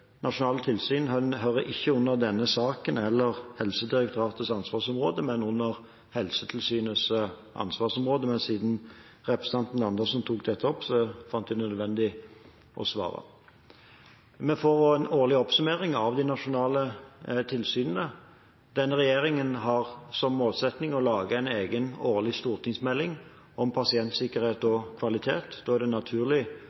nasjonale tilsyn hører ikke inn under denne saken eller Helsedirektoratets ansvarsområde, men under Helsetilsynets ansvarsområde, men siden representanten Andersen tok dette opp, fant jeg det nødvendig å svare. Vi får også en årlig oppsummering av de nasjonale tilsynene. Denne regjeringen har som målsetting å lage en egen årlig stortingsmelding om pasientsikkerhet